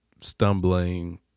stumbling